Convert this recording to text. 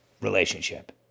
relationship